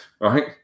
right